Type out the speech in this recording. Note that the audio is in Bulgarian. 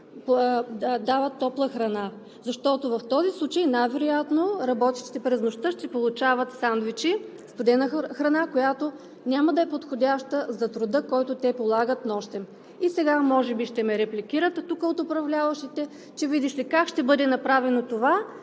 дават топла храна? Защото в този случай най-вероятно работещите през нощта ще получават сандвичи, студена храна, която няма да е подходяща за труда, който те полагат нощем. И сега може би тук от управляващите ще ме репликират, че, видиш ли, как ще бъде направено това